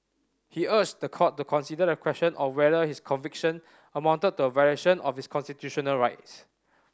he urged the court to consider the question of whether his conviction amounted to a violation of his constitutional rights